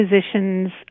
positions